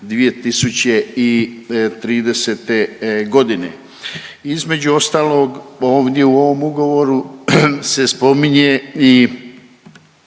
2030.g.. Između ostalog ovdje u ovom ugovoru se spominje i